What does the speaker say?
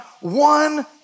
one